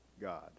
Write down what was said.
God